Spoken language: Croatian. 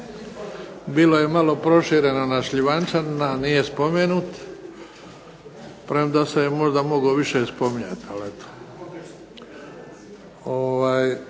Bilo je malo prošireno na Šljivančanina, a nije spomenut, premda se je možda moglo više spominjati.